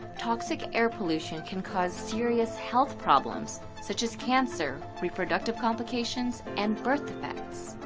toxic air pollution can cause serious health problems. such as cancer, reproductive complications, and birth defects.